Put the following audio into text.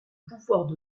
pouvoir